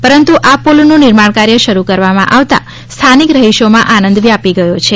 પરંતુ આ પુલનું નિર્માણકાર્ય શરૂ કરવામાં આવતા સ્થાનિક રહિશો આનંદ વ્યાપી ગયો છે